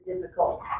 difficult